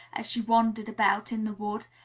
as she wandered about in the wood,